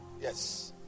Yes